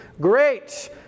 great